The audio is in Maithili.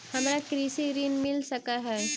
हमरा कृषि ऋण मिल सकै है?